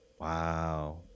Wow